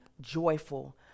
joyful